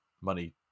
money